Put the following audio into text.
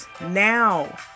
Now